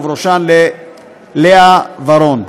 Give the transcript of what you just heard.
ובראשה ללאה ורון.